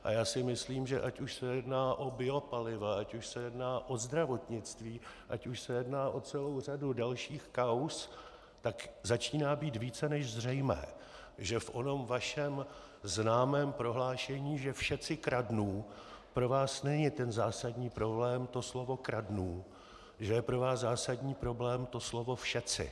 A já si myslím, že ať už se jedná o biopaliva, ať už se jedná o zdravotnictví, ať už se jedná o celou řadu dalších kauz, tak začíná být více než zřejmé, že v onom vašem známém prohlášení, že všetci kradnú, pro vás není ten zásadní problém to slovo kradnú, že je pro vás zásadní problém to slovo všetci.